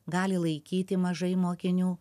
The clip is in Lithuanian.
gali laikyti mažai mokinių